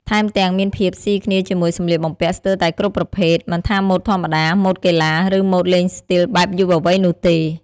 ថែមទាំង មានភាពស៊ីគ្នាជាមួយសម្លៀកបំពាក់ស្ទើរតែគ្រប់ប្រភេទ មិនថាម៉ូដធម្មតា ម៉ូដកីឡា ឬម៉ូដលេងស្ទីលបែបយុវវ័យនោះទេ។